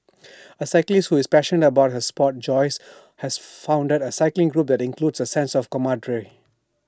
A cyclist who is passionate about her Sport Joyce has founded A cycling group that inculcates A sense of camaraderie